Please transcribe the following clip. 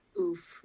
Oof